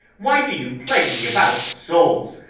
why do you plague me about souls?